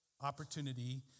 opportunity